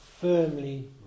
firmly